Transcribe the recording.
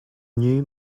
new